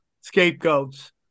scapegoats